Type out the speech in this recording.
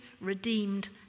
redeemed